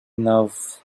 nerve